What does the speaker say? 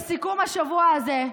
בסיכום השבוע הזה,